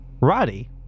Roddy